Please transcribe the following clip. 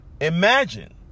Imagine